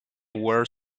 were